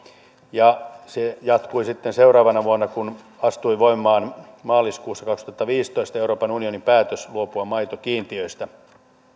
ja se jatkui sitten seuraavana vuonna kun astui voimaan maaliskuussa kaksituhattaviisitoista euroopan unionin päätös luopua maitokiintiöistä